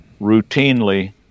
routinely